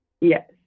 Yes